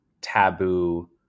taboo